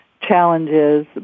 challenges